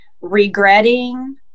regretting